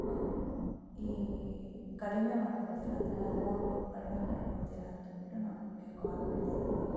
ಈ ಕಡಿಮೆ ಮಾಡಿಕೊಳ್ತೀರಾ ಅಂದರೆ ಅಮೌಂಟು ಕಡಿಮೆ ಮಾಡಿಕೊಳ್ತೀರಾ ಅಂತ ಅಂದುಬಿಟ್ಟು ನಾವು ನಿಮಗೆ ಕಾಲ್ ಮಾಡ್ತಾ ಇದ್ದೀವಿ